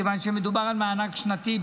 מכיוון שמדובר על מענק שנתי,